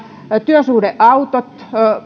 työsuhdeautot